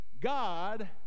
God